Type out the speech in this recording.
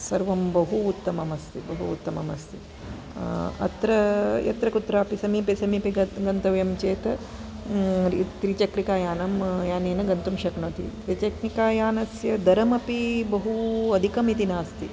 सर्वं बहु उत्तमम् अस्ति बहु उतत्मम् अस्ति अत्र यत्र कुत्रापि समीपे समीपे गन्तव्यं चेत् त्रिचक्रिकायानं यानेन गन्तुं शक्नोति त्रिचक्रिकायानस्य धरमपि बहु अधिकमिति नास्ति